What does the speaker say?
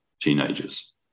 teenagers